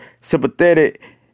sympathetic